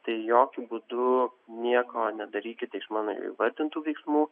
tai jokiu būdu nieko nedarykite iš mano įvardintų veiksmų